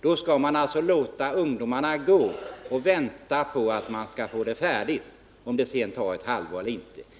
då skall man alltså låta ungdomarna gå och vänta på att man blir färdig — om det sedan tar ett halvår eller mera.